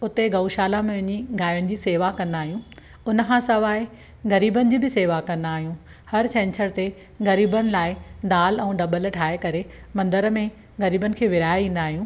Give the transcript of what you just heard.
उते गऊशाला में वञी गाहिनि जी शेवा कंदा आहियूं उन खां सवाइ ग़रीबनि जी बि शेवा कंदा आहियूं हर छंछर ते ग़रीबनि लाइ दाल ऐं डॿल ठाहे करे मंदर में ग़रीबनि खे विरिहाए ईंदा आहियूं